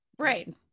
Right